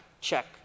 check